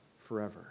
forever